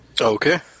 Okay